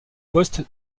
poste